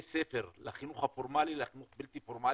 ספר לחינוך הפורמלי לחינוך הבלתי פורמלי.